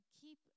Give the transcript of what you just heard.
Keep